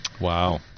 Wow